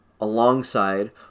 alongside